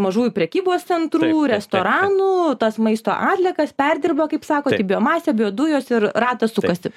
mažųjų prekybos centrų restoranų o tas maisto atliekas perdirba kaip biomasę biodujos ir ratas sukasi